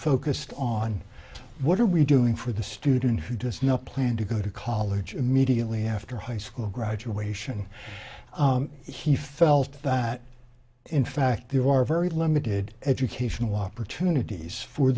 focused on what are we doing for the student who does not plan to go to college immediately after high school graduation he felt that in fact there are very limited educational opportunities for